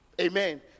Amen